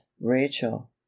rachel